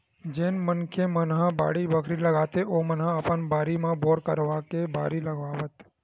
जेन मनखे मन ह बाड़ी बखरी लगाथे ओमन ह अपन बारी म बोर करवाके बारी लगावत